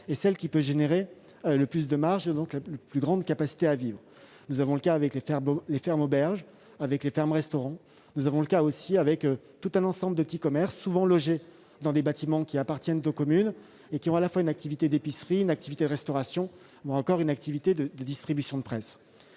est celle qui peut susciter la marge plus importante, donc la plus grande capacité à vivre. C'est le cas des fermes-auberges et des fermes-restaurants, comme d'un ensemble de petits commerces, souvent logés dans des bâtiments qui appartiennent aux communes et qui ont à la fois une activité d'épicerie, une activité de restauration, ou encore une activité de distribution de presse.